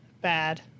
bad